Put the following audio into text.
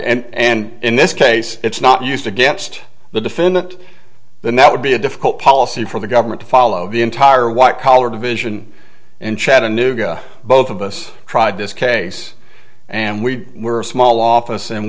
that and in this case it's not used against the defendant then that would be a difficult policy for the government to follow the entire white collar division in chattanooga both of us tried this case and we were a small office and